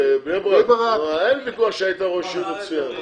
בבני ברק, אין ויכוח שהיית ראש עיר מוצלח.